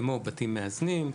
כמו בתים מאזנים,